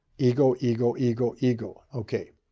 ego, ego, ego, ego. ok.